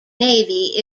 navy